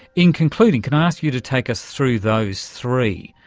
in concluding, can i ask you to take us through those three,